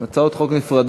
לא, אלה הצעות חוק נפרדות.